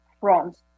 front